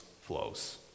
flows